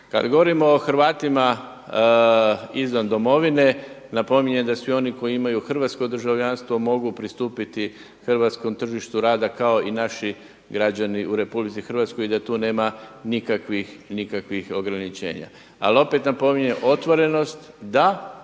Kad govorimo o Hrvatima izvan Domovine, napominjem da svi oni koji imaju hrvatsko državljanstvo mogu pristupiti hrvatskom tržištu rada kao i naši građani u Republici Hrvatskoj i da tu nema nikakvih, nikakvih ograničenja. Ali opet napominjem otvorenost da,